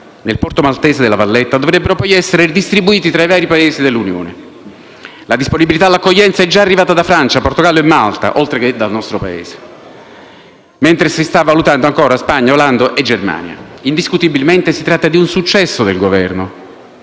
nel porto maltese de La Valletta, dovrebbero poi essere distribuiti tra i vari Paesi dell'Unione. La disponibilità all'accoglienza è già arrivata da Francia, Portogallo e Malta, oltre che dal nostro Paese, mentre stanno valutando ancora Spagna, Olanda e Germania. Indiscutibilmente si tratta di un successo del Governo.